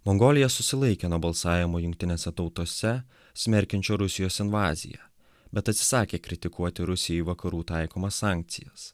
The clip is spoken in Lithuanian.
mongolija susilaikė nuo balsavimo jungtinėse tautose smerkiančią rusijos invaziją bet atsisakė kritikuoti rusijai vakarų taikomas sankcijas